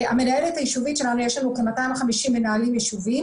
המנהלת היישובית שלנו יש לנו כ-250 מנהלים יישוביים